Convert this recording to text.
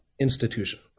institution